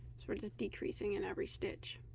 sort of decreasing in every stitch